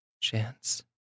Chance